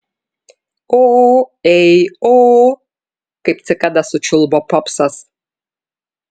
o ei o kaip cikada sučiulbo popsas